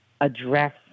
address